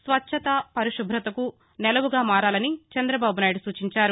స్వచ్ఛత పరిశుభతకు నెలవుగా మారాలని చంద్రబాబు నాయుడు సూచించారు